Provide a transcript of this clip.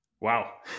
Wow